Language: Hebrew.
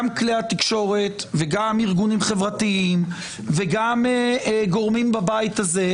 גם כלי התקשורת וגם ארגונים חברתיים וגם גורמים בבית הזה,